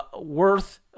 worth